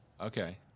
Okay